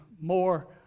more